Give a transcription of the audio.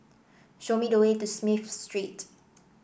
show me the way to Smith Street